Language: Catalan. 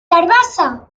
carabassa